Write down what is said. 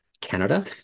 Canada